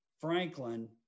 Franklin